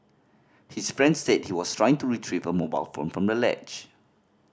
his friend said he was trying to retrieve a mobile phone from the ledge